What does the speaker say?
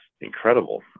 incredible